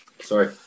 sorry